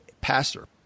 pastor